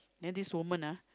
then this woman ah